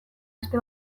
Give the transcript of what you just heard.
beste